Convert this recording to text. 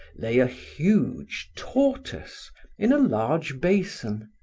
lay a huge tortoise in a large basin.